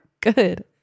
good